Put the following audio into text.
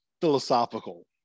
philosophical